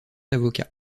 avocat